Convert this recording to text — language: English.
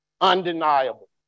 Undeniable